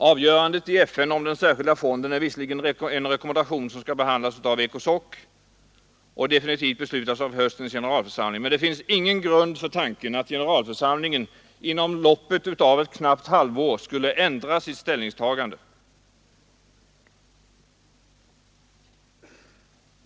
Avgörandet i FN om den särskilda fonden är visserligen en rekommendation, som skall behandlas av ECOSOC och definitivt beslutas av höstens generalförsamling. Men det finns ingen grund för den tanken att generalförsamlingen inom loppet av ett knappt halvår skulle ändra sitt ställningstagande.